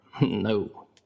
No